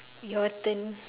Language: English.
your turn